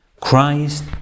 Christ